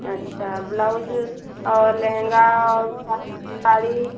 अच्छा ब्लाउज और लहंगा और सा साड़ी